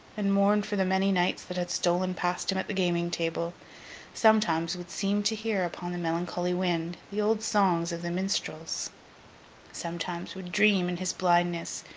and mourn for the many nights that had stolen past him at the gaming-table sometimes, would seem to hear, upon the melancholy wind, the old songs of the minstrels sometimes, would dream, in his blindness,